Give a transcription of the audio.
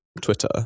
Twitter